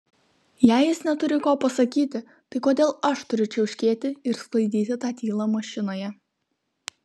jei jis neturi ko pasakyti tai kodėl aš turiu čiauškėti ir sklaidyti tą tylą mašinoje